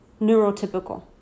neurotypical